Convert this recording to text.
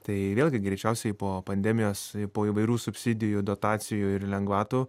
tai vėlgi greičiausiai po pandemijos po įvairių subsidijų dotacijų ir lengvatų